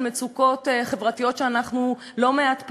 מצוקות חברתיות שאנחנו לא מעט פעמים,